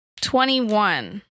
Twenty-one